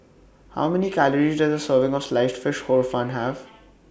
How Many Calories Does A Serving of Sliced Fish Hor Fun Have